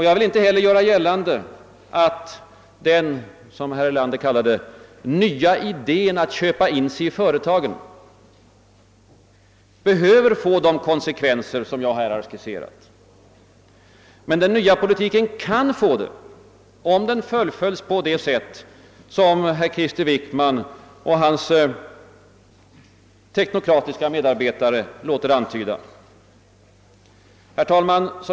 Jag vill heller inte göra gällande att den — som herr Erlander kallar det -— nya »idén att köpa in sig i företagen» behöver få de konsekvenser jag här skisserat. Men den nya politiken kan få det, om den fullföljs på det sätt som herr Wickman och hans teknokratiska medarbetare låter antyda. Herr talman!